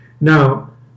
Now